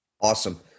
Awesome